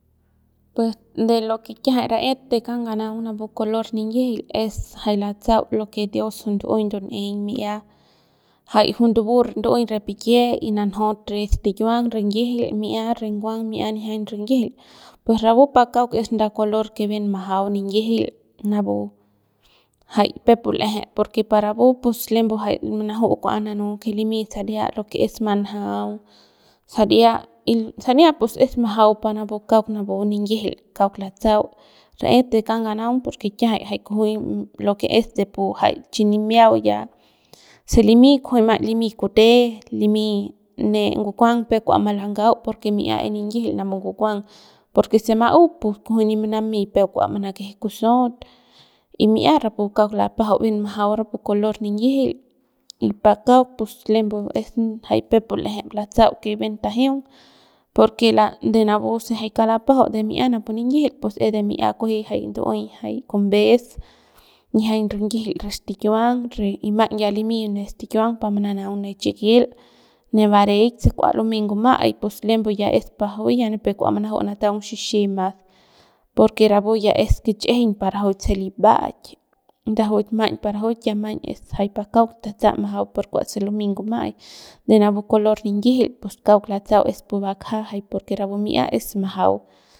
Pues de lo que kiajay ra'et de kauk nganaung de napu color ninyijil es jay latsau lo que dios juy ndu'uey ndun'eiñ mi'ia jay juy ndubu ndu'uey re pikie nanjot re stikiuang rinyijil mi'ia re nguang mi'ia nijiañ rinyijil jay peuk pu l'eje porque par rapu pus lembu jay manaju'u kua mananu si li mi saria lo que es manjaung saria sania pus es majau par panapu kauk pa napu ninyijil kauk latsau raet de kauk nganaung porque kiajay jay kujuy lo que es jay pu jay chi nimiau ya si limi kujuy maiñ limi kute limi ne ngukuang peuk kua malangau porque mi'ia es ninyijil napu ngukuang porque se ma'u pus kujuy nip manamey peuk kua manakeje kusuot y mi'ia kauk rapu lapajau bien majau rapu color ninyijil y pakauk pus lembu jay peuk pu l'eje latsau jay bien tajeung porque de napu se jay kauk lapajau de mi'ia napu ninyijil pues es de kunji jay ndu'uey kumbes nijiañ rinyijil re stikiuang y maiñ ya limi ne stikiuang pa mananaung ne chikil ne bareik se kua lumey ngumai pues ya lem pa juy ya nipep pa kua manaju nataung xixi mas porque rapu ya es kichꞌijiñ pa rajuik se li ba'aik rajuik maiñ pa rajuik ya es jay pa kauk tatsam majau par kua se lumey nguma'ai de napu color ninyijil pus kauk latsa'au es pu bakja porqu rapu mi'ia es jay majau.